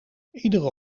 iedere